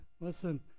Listen